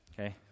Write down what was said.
okay